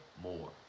more